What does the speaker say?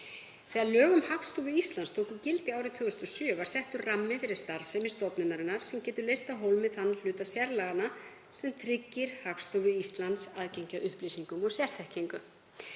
og opinbera hagskýrslugerð tóku gildi árið 2007 var settur rammi fyrir starfsemi stofnunarinnar sem getur leyst af hólmi þann hluta sérlaganna sem tryggir Hagstofu Íslands aðgengi að upplýsingum og sérþekkingu.